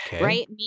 right